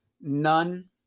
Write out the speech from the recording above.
none